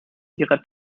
ihrer